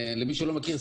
למי שלא מכיר,